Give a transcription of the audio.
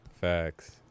Facts